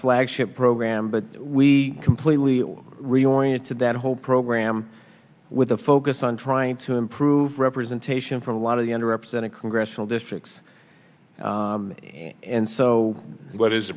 flagship program but we completely reorient to that whole program with a focus on trying to improve representation from a lot of the under represented congressional districts and so what is